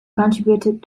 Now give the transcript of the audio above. contributed